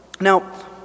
Now